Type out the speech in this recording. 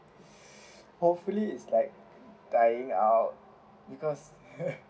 hopefully is like dying because